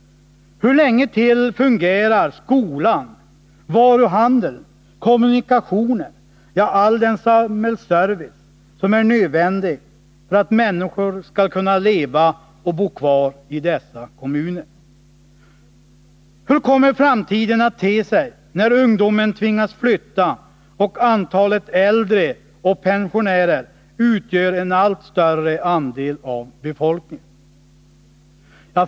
Hur länge fungerar skolan, varuhandeln, kommunikationerna, ja, all den samhällsservice som är nödvändig för att människor skall kunna leva och bo kvar i dessa kommuner? Hur kommer framtiden att te sig, när ungdomen tvingas flytta och antalet äldre och pensionärer utgör en allt större andel av befolkningen?